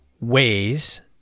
ways